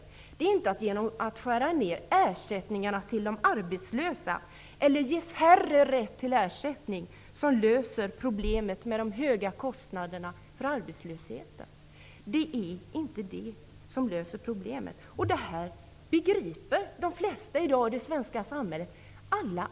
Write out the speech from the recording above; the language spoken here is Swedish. Man löser inte problemet med de höga kostnaderna genom att skära ned ersättningarna till de arbetslösa eller genom att ge färre människor rätt till ersättning.